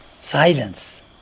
silence